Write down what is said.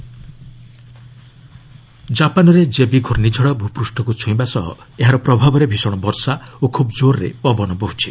Japan typhoon ଜାପାନରେ କେବି ଘୁର୍ଷ୍ଣିଝଡ଼ ଭୁପ୍ଦୁଷକୁ ଛୁଇଁବା ସହ ଏହାର ପ୍ରଭାବରେ ଭୀଷଣ ବର୍ଷା ଓ ଖୁବ୍କୋର୍ରେ ପବନ ବହୁଛି